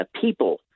people